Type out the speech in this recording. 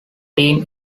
team